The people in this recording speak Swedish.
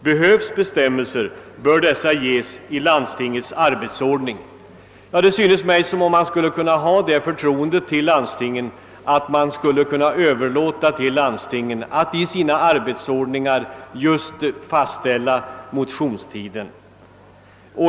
Behövs bestämmelser, bör dessa ges i landstingets arbetsordning.» Det synes mig som om man skulle kunna ha det förtroendet för landstingen att man överlåter till dem att själva i sin egen arbetsordning fastställa motionstiden.